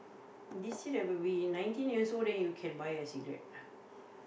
this be nineteen years old then you can buy a cigarette